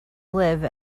live